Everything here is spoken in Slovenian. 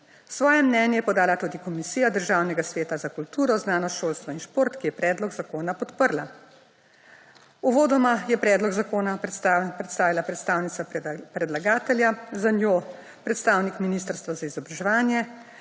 Svoje mnenje je podala tudi Komisija Državnega sveta za kulturo, znanost, šolstvo in šport, ki je predlog zakona podprla. Uvodoma je predlog zakona predstavila predstavnica predlagatelja, za njo predstavnik Ministrstva za izobraževanje,